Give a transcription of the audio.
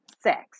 sex